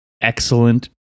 excellent